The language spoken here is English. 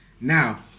Now